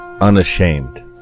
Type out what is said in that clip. Unashamed